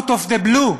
out of the blue,